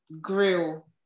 grill